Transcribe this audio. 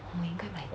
我应该买